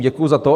Děkuji za to.